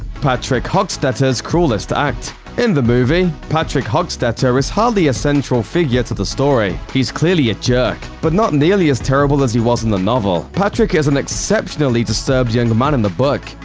patrick hockstetter's cruelest act in the movie, patrick hockstetter is hardly a central figure to the story. he's clearly a jerk, but he's not nearly as terrible as he was in the novel. patrick is an exceptionally disturbed young man in the book,